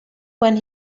when